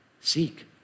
seek